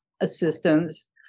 assistance